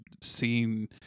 seeing